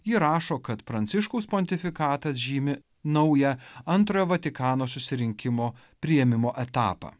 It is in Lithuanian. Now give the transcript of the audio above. ji rašo kad pranciškaus pontifikatas žymi naują antrojo vatikano susirinkimo priėmimo etapą